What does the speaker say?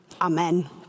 Amen